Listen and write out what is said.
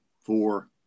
four